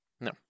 No